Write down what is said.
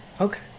Okay